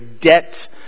debt